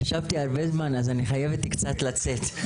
ישבתי הרבה זמן, אז אני חייבת קצת לצאת.